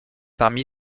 parmi